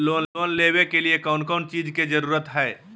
Loan लेबे के लिए कौन कौन चीज के जरूरत है?